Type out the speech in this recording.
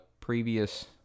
previous